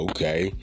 Okay